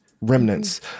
remnants